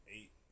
Eight